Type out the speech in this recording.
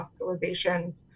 hospitalizations